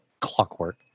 clockwork